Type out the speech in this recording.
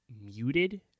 muted